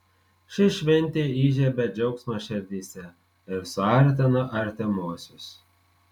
ši šventė įžiebia džiaugsmą širdyse ir suartina artimuosius